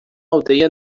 aldeia